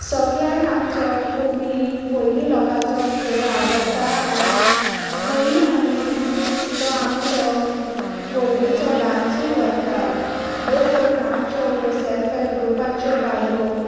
सोगल्यांक आमचो कुळमी पोयलीं लोकाचो खेळ आवडटा आनी खंयीय आमी तो आमचो पोयलींचो डांसूय व्हरतात भोव कोरून आमच्यो ह्यो सॅल्फहॅल ग्रुपाच्यो बायलो